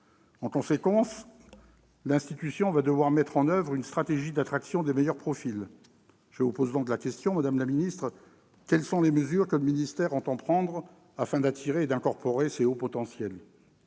En conséquence, l'institution va devoir mettre en oeuvre une stratégie d'attraction des meilleurs profils. Je vous pose donc la question, madame la ministre : quelles mesures le ministère entend-il prendre afin d'attirer et d'incorporer ces hauts potentiels ?